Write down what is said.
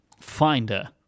Finder